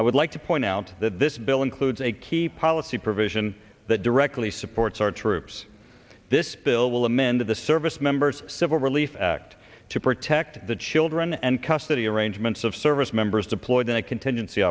i would like to point out that this bill includes a key policy provision that directly supports our troops this bill will amend the servicemembers civil relief act to protect the children and custody arrangements service members deployed in a contingency